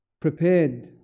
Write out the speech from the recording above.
prepared